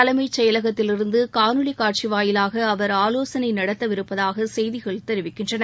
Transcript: தலைமை செயலகத்திலிருந்து காணொலி காட்சி வாயிலாக அவர் ஆலோகனை நடத்தவிருப்பதாக செய்திகள் தெரிவிக்கின்றன